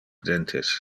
dentes